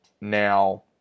Now